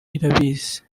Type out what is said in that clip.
irabizi